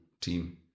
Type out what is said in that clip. team